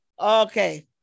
Okay